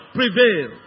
prevail